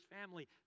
family